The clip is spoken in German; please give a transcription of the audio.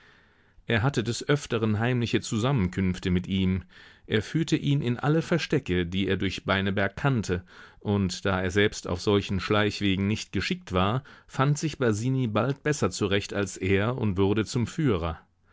er hatte des öfteren heimliche zusammenkünfte mit ihm er führte ihn in alle verstecke die er durch beineberg kannte und da er selbst auf solchen schleichwegen nicht geschickt war fand sich basini bald besser zurecht als er und wurde zum führer